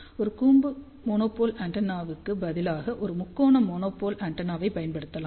ஒரு கூம்பு மோனோபோல் ஆண்டெனாவுக்கு பதிலாக ஒரு முக்கோண மோனோபோல் ஆண்டெனாவைப் பயன்படுத்தலாம்